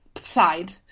side